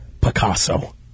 Picasso